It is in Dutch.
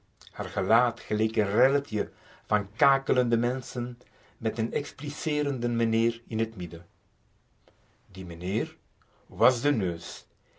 haar gelaat geleek een relletje van kakelende menschen met een expliseerenden meneer in het midden die meneer was de neus